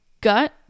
gut